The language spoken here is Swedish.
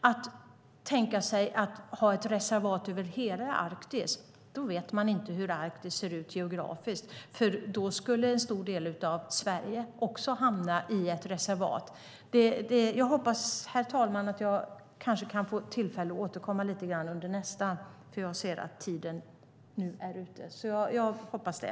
Att tänka sig ett reservat över hela Arktis, ja då vet man inte hur Arktis ser ut geografiskt. I så fall skulle en stor del av Sverige hamna i ett reservat. Jag hoppas att jag kan återkomma i nästa replik, för jag ser att min repliktid är slut.